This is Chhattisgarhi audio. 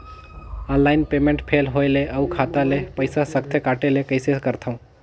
ऑनलाइन पेमेंट फेल होय ले अउ खाता ले पईसा सकथे कटे ले कइसे करथव?